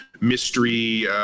mystery